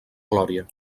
glòria